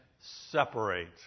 separate